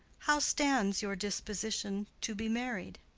how stands your disposition to be married?